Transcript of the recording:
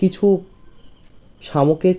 কিছু শামুকের